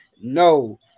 no